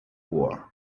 war